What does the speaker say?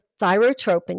thyrotropin